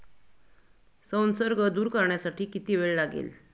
संसर्ग दूर करण्यासाठी किती वेळ लागेल?